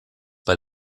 bei